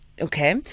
okay